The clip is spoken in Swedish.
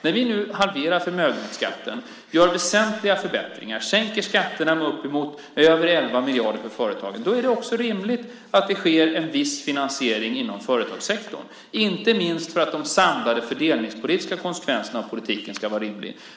När vi nu halverar förmögenhetsskatten, gör väsentliga förbättringar och sänker skatterna med över 11 miljarder för företagen, då är det också rimligt att det sker en viss finansiering inom företagssektorn, inte minst för att de samlade fördelningspolitiska konsekvenserna av politiken ska vara rimliga.